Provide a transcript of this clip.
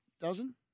Dozen